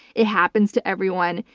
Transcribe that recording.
it happens to everyone.